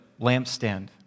lampstand